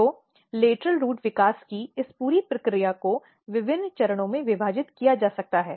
तो lateral root विकास की इस पूरी प्रक्रिया को विभिन्न चरणों में विभाजित किया जा सकता है